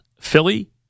Philly